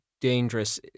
Dangerous